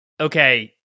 okay